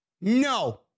No